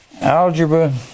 algebra